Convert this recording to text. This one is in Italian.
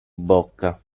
bocca